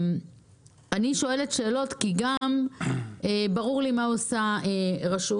אני שואלת שאלות כי גם ברור לי מה עושה רשות,